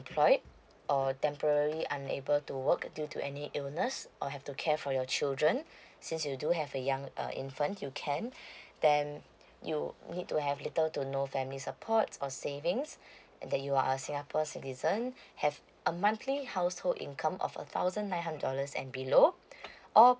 unemployed or temporary unable to work due to any illness or have to care for your children since you do have a young uh infant you can then you need to have little to no family support or savings that you are singapore citizen have a monthly household income of a thousand nine dollars and below or